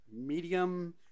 medium